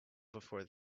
before